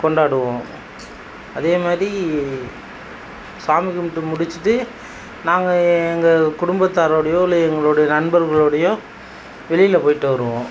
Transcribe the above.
கொண்டாடுவோம் அதேமாதிரி சாமி கும்பிட்டு முடிச்சுட்டு நாங்கள் எங்கள் குடும்பத்தாரோடைய இல்லை எங்களோடய நண்பர்களோடைய வெளியில் போயிட்டு வருவோம்